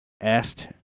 asked